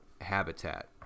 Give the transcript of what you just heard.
habitat